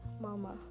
Mama